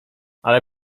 ale